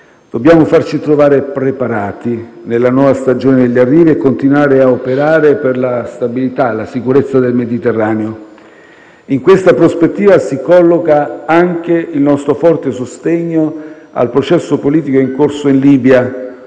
Dobbiamo farci trovare preparati nella nuova stagione degli arrivi e continuare a operare per la stabilità e la sicurezza del Mediterraneo. In questa prospettiva si colloca anche il nostro forte sostegno al processo politico in corso in Libia,